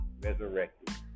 Resurrected